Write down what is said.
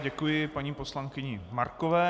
Děkuji paní poslankyni Markové.